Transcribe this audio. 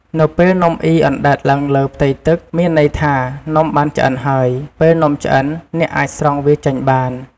នៅពេលនំអុីអណ្តែតឡើងលើផ្ទៃទឹក មានន័យថានំបានឆ្អិនហើយ ពេលនំឆ្អិន អ្នកអាចស្រង់វាចេញបាន។